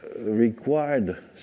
required